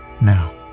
Now